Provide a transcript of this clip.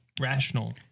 rational